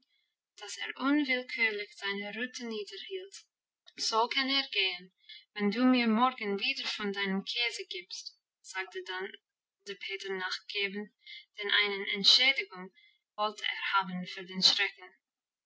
er unwillkürlich seine rute niederhielt so kann er gehen wenn du mir morgen wieder von deinem käse gibst sagte dann der peter nachgebend denn eine entschädigung wollte er haben für den schrecken